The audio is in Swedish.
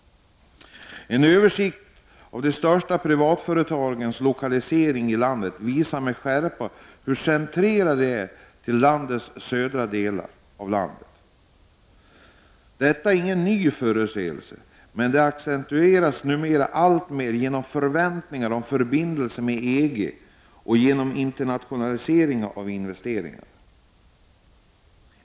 En översikt av de största privatföretagens lokalisering i landet visar tydligt hur centrerade privatföretagen är till landets södra delar. Detta är ingen ny företeelse, men accentueras alltmer genom förväntningar om förbindelser med EG och genom internationalisering av investeringarna.